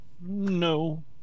No